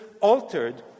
altered